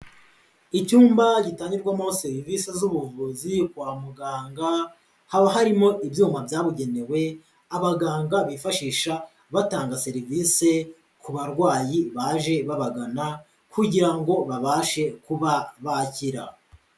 Icyumba gitangirwamo serivisi z'ubuvuzi kwa muganga, haba harimo ibyuma byabugenewe, abaganga bifashisha batanga serivise ku barwayi baje babagana kugira ngo babashe kuba bakira.